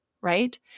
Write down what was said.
right